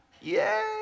yay